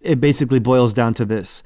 it basically boils down to this.